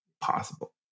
possible